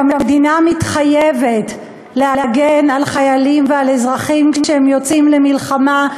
שהמדינה מתחייבת להגן על חיילים ועל אזרחים כשהם יוצאים למלחמה,